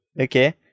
Okay